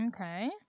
Okay